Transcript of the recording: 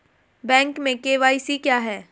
Bank में KYC क्या है?